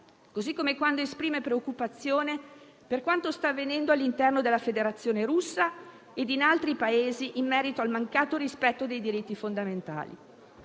così come quando esprime preoccupazione per quanto sta avvenendo all'interno della Federazione Russa e in altri Paesi in merito al mancato rispetto dei diritti fondamentali.